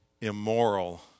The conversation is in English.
immoral